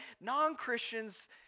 non-Christians